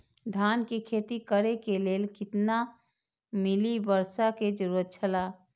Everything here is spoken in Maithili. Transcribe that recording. धान के खेती करे के लेल कितना मिली वर्षा के जरूरत छला?